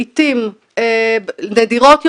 לעתים נדירות,